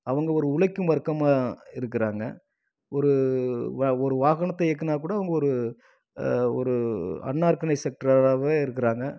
அவங்க ஒரு உழைக்கும் வர்க்கமாக இருக்கிறாங்க ஒரு ஒரு வாகனத்தை இயக்கினாக்கூட அவங்க ஒரு ஒரு அன்ஆர்கனைஸ் செக்டராகவே இருக்கிறாங்க